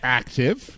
active